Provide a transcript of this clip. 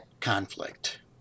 conflict